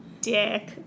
dick